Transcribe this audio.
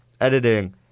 Editing